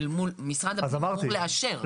משרד הפנים אמור לאשר.